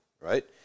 right